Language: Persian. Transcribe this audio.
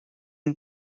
این